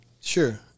Sure